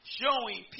showing